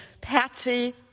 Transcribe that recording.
Patsy